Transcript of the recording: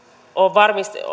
varmista